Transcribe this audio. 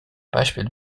beispiele